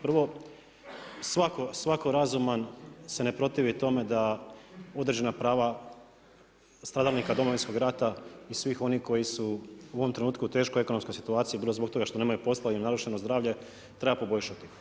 Prvo svatko razuman se ne protivi tome da određena prava stradalnika Domovinskog rata i svih oni koji su u ovom trenutku u teškoj ekonomskoj situaciji bilo zbog toga što nemaju posla i narušeno im je zdravlje treba poboljšati.